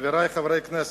חברי חברי הכנסת,